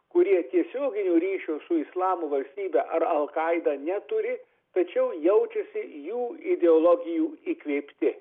kurie tiesioginio ryšio su islamo valstybe ar alkaida neturi tačiau jaučiasi jų ideologijų įkvėpti